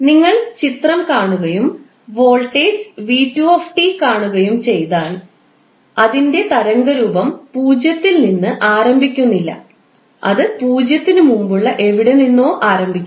നിങ്ങൾ ചിത്രം കാണുകയും വോൾട്ടേജ് 𝑣2𝑡 കാണുകയും ചെയ്താൽ അതിന്റെ തരംഗരൂപം 0 ൽ നിന്ന് ആരംഭിക്കുന്നില്ല അത് 0 ന് മുമ്പുള്ള എവിടെ നിന്നോ ആരംഭിക്കുന്നു